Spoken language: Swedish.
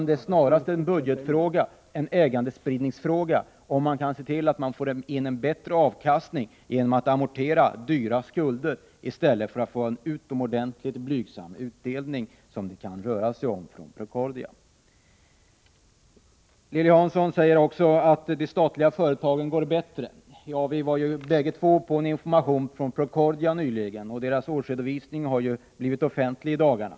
Det är snarast en budgetfråga och en ägandespridningsfråga att se till att man får en bättre avkastning genom att amortera dyra skulder i stället för att ge en utomordentligt blygsam utdelning, som det kan röra sig om när det gäller Procordia. Lilly Hansson säger också att statliga företag går bättre. Vi var båda på en information nyligen hos Procordia. Dess årsredovisning har blivit offentlig i dagarna.